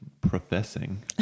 professing